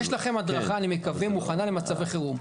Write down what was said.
יש לכם הדרכה, אני מקווה, מוכנה למצבי חירום.